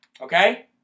Okay